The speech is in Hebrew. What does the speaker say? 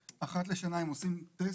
אחת לשנה הם עושים טסט,